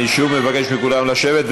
אני שוב מבקש מכולם לשבת.